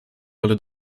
rolle